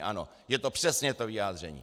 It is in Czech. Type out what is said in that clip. Ano, je to přesně to vyjádření.